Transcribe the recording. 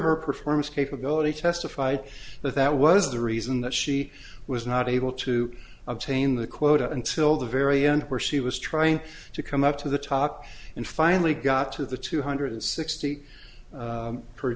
her performance capability testified that that was the reason that she was not able to obtain the quote until the very end where she was trying to come up to the top and finally got to the two hundred sixty